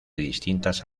distintas